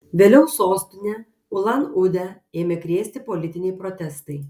vėliau sostinę ulan udę ėmė krėsti politiniai protestai